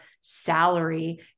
salary